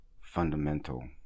fundamental